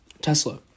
Tesla